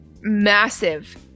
massive